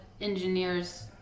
engineers